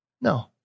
No